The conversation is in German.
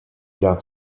jahr